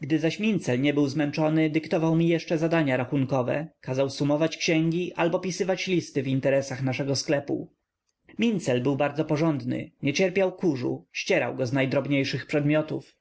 gdy zaś mincel nie był zmęczony dyktował mi jeszcze zadania rachunkowe kazał sumować księgi albo pisywać listy w interesach naszego sklepu mincel był bardzo porządny nie cierpiał kurzu ścierał go z najdrobniejszych przedmiotów